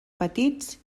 petits